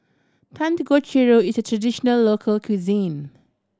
dangojiru is a traditional local cuisine